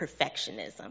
perfectionism